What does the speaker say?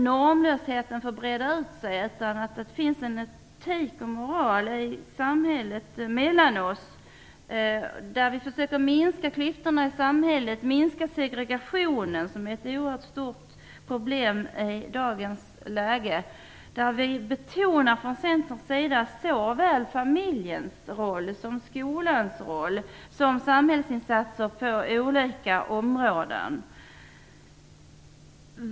Normlösheten får inte breda ut sig, utan det skall finnas en etik och moral i samhället och mellan oss. Vi skall försöka minska klyftorna i samhället och minska segregationen, som är ett oerhört stort problem i dagens läge. Vi betonar från Centerns sida såväl familjens roll som skolans roll och samhällsinsatser på olika områden.